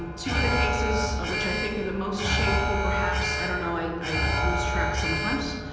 two of the cases which i think are the most shameful, perhaps, i don't know, i i lose track sometimes.